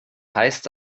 heißt